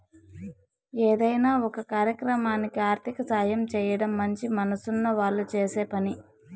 ఏదైనా ఒక కార్యక్రమానికి ఆర్థిక సాయం చేయడం మంచి మనసున్న వాళ్ళు చేసే పని